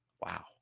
Wow